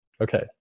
Okay